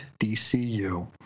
DCU